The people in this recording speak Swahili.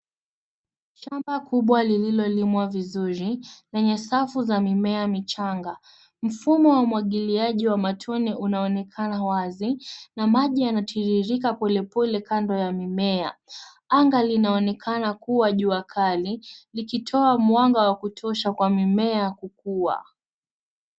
Shamba kubwa lililolimwa vizuri lenye safu za mimea michanga. Mfumo wa umwagiliaji wa matone unaonekana wazi na maji yanatiririka polepole kando ya mimea. Anga linaonekana kuwa jua kali likitoa mwanga wa kutosha kwa mimea kukua.